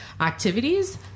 activities